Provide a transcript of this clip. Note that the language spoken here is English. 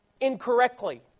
incorrectly